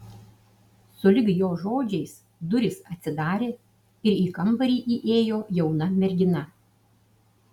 sulig jo žodžiais durys atsidarė ir į kambarį įėjo jauna mergina